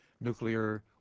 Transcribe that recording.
nuclear